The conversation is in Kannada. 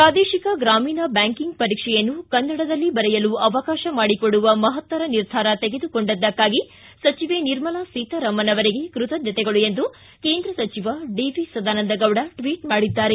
ಪ್ರಾದೇಶಿಕ ಗ್ರಾಮೀಣ ಬ್ಯಾಂಕಿಂಗ್ ಪರೀಕ್ಷೆಯನ್ನು ಕನ್ನಡದಲ್ಲಿ ಬರೆಯಲು ಅವಕಾಶ ಮಾಡಿಕೊಡುವ ಮಹತ್ತರ ನಿರ್ಧಾರ ತೆಗೆದುಕೊಂಡದ್ದಕ್ಕಾಗಿ ಸಚಿವೆ ನಿರ್ಮಲಾ ಸೀತಾರಾಮನ್ ಅವರಿಗೆ ಕೃತಜ್ಞತೆಗಳು ಎಂದು ಕೇಂದ್ರ ಸಚಿವ ಸದಾನಂದಗೌಡ ಟ್ವೀಟ್ ಮಾಡಿದ್ದಾರೆ